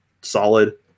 solid